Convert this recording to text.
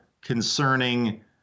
concerning